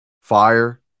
fire